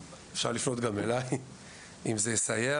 אפשר גם לפנות אליי באופן אישי אם זה יסייע.